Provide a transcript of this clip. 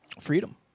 Freedom